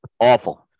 Awful